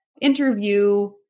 interview